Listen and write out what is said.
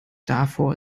davor